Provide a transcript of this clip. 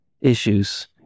issues